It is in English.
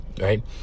right